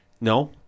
No